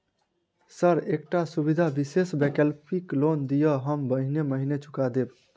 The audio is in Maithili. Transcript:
सर एकटा सुविधा विशेष वैकल्पिक लोन दिऽ हम महीने महीने चुका देब?